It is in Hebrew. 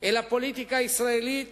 אל הפוליטיקה הישראלית